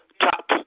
top